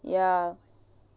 ya